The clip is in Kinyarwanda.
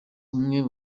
umwe